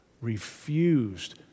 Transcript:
refused